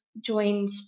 joined